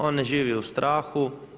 On ne živi u strahu.